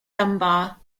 dunbar